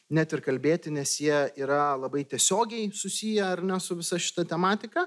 net ir kalbėti nes jie yra labai tiesiogiai susiję ar ne su visa šita tematika